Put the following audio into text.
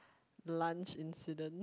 lunch incident